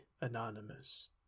Anonymous